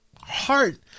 heart